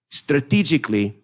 strategically